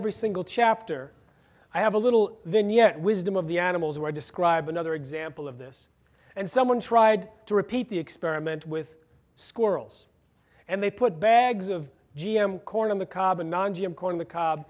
every single chapter i have a little vignette wisdom of the animals were describe another example of this and someone tried to repeat the experiment with squirrels and they put bags of g m corn on the cob and non g m corn the cob